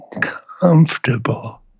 comfortable